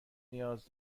نیاز